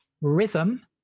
rhythm